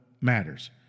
matters